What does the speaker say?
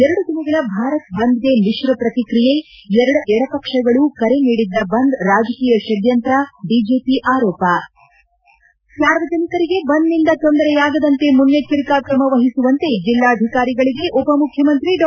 ಎರಡು ದಿನಗಳ ಭಾರತ್ ಬಂದ್ಗೆ ಮಿಶ್ರ ಪ್ರತಿಕ್ರಿಯೆ ಎಡಪಕ್ಷಗಳು ಕರೆ ನೀಡಿದ್ದ ಬಂದ್ ರಾಜಕೀಯ ಪಡ್ಯಂತ್ರ ಬಿಜೆಪಿ ಆರೋಪ ಸಾರ್ವಜನಿಕರಿಗೆ ಬಂದ್ನಿಂದ ತೊಂದರೆಯಾಗದಂತೆ ಮುನ್ನೆಚ್ಚರಿಕಾ ತ್ರಮ ವಹಿಸುವಂತೆ ಜಿಲ್ಲಾಧಿಕಾರಿಗಳಿಗೆ ಉಪಮುಖ್ಯಮಂತ್ರಿ ಡಾ